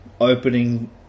opening